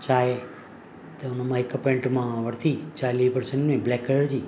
चाय त उन मां हिकु पैंट मां वरिती चालीह प्रसेंट में ब्लैक कलर जी